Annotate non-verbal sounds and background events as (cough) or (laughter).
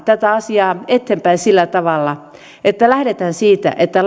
tätä asiaa eteenpäin sillä tavalla että lähdemme siitä että (unintelligible)